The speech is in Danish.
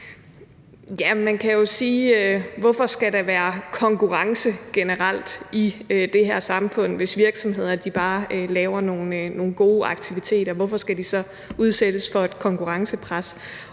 hvorfor der generelt skal være konkurrence i det her samfund, hvis virksomheder bare laver nogle gode aktiviteter. Hvorfor skal de så udsættes for et konkurrencepres?